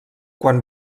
quan